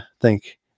thank